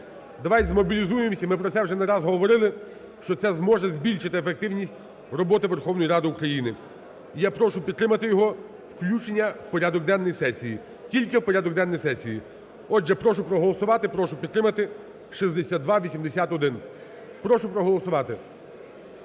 Давайте змобілізуємося, ми про це вжене раз говорили, що це зможе збільшити ефективність роботи Верховної Ради України. І я прошу підтримати його включення в порядок денний сесії, тільки в порядок денний сесії. Отже, прошу проголосувати, прошу підтримати 6281. Прошу проголосувати.